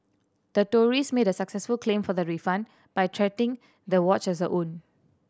the tourist made a successful claim for the refund by treating the watch as her own